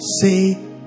Say